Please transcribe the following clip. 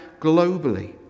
globally